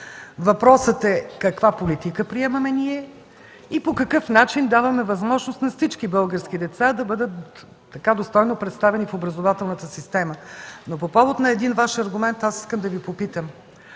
Въпросът е каква политика приемаме ние и по какъв начин даваме възможност на всички български лица да бъдат достойно представени в образователната система? По повод на Ваш аргумент, искам да Ви попитам: